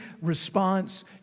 response